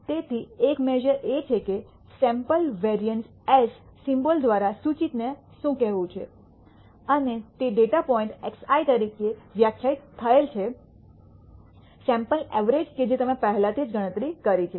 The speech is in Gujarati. તેથી એક મેશ઼ર એ છે કે સૈમ્પલ વેરિઅન્સ s સિમ્બોલ દ્વારા સૂચિતને શું કહેવું છે અને તે ડેટા પોઇન્ટ XI તરીકે વ્યાખ્યાયિત થયેલ છે સૈમ્પલ ઐવ્રજ કે જે તમે પહેલાથી જ ગણતરી કરી છે